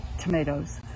tomatoes